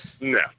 No